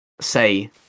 say